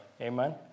Amen